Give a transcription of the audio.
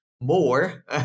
more